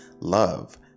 love